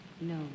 No